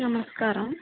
నమస్కారం